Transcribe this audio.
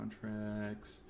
contracts